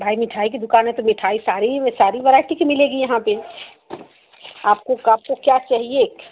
भाई मिठाई की दुकान है तो मिठाई सारी ही सारी वैरायटी की मिलेगी यहाँ पर आपको का आपको क्या चाहिए